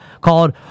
called